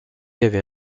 avait